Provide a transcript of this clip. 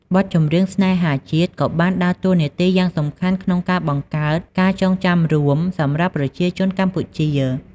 បទចម្រៀងស្នេហាជាតិក៏បានដើរតួនាទីយ៉ាងសំខាន់ក្នុងការ បង្កើតការចងចាំរួម សម្រាប់ប្រជាជនកម្ពុជា។